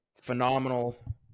Phenomenal